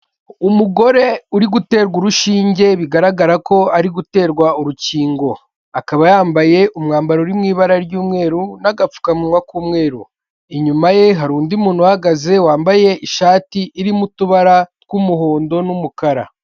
Umugore uri guterwa urushinge bigaragara ko ari guterwa urukingo, akaba yambaye umwambaro uri mu ibara ry'umweru n'agapfukamunwa k'umweru, inyuma ye hari undi muntu uhagaze wambaye ishati irimo utubara tw'umuhondo n'umukara.